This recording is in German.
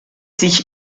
sich